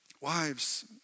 wives